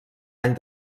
any